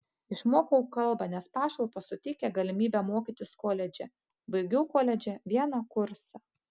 išmokau kalbą nes pašalpos suteikia galimybę mokytis koledže baigiau koledže vieną kursą